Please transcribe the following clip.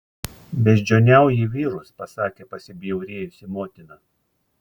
beždžioniauji vyrus pasakė pasibjaurėjusi motina